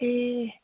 ए